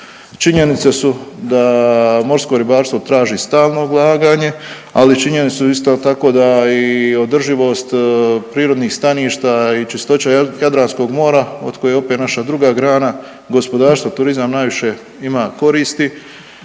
Činjenice su da morsko ribarstvo traži stalno ulaganje, ali i činjenicu isto tako da i održivost prirodnih staništa i čistoća Jadranskog mora od kojeg opet naša druga grana gospodarstvo, turizam najviše ima koristi.